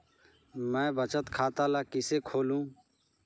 मैं बचत खाता ल किसे खोलूं?